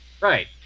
Right